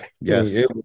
Yes